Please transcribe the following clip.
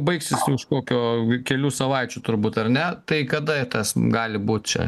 baigsis jums kokio kelių savaičių turbūt ar ne tai kada tas gali būt čia